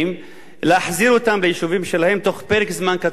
להחזיר אותם ליישובים שלהם בתוך פרק זמן קצר מאוד,